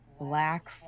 Black